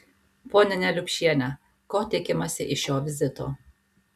ponia neliupšiene ko tikimasi iš šio vizito